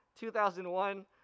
2001